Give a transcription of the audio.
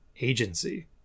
agency